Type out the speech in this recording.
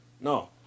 No